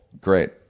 great